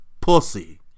Pussy